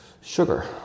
sugar